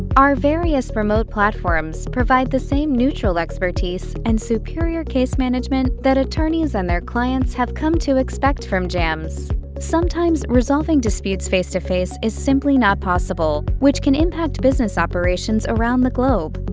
our various remote platforms provide the same neutral expertise and superior case management that attorneys and their clients have come to expect from jams. sometimes, resolving disputes face-to-face is simply not possible, which can impact business operations around the globe.